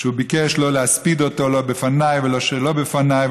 הוא ביקש לא להספיד אותו: לא בפניי ולא שלא בפניי,